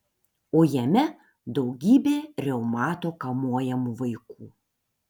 o jame daugybė reumato kamuojamų vaikų